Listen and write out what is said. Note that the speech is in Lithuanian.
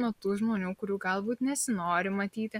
nuo tų žmonių kurių galbūt nesinori matyti